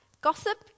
gossip